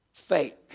fake